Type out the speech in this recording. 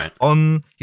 on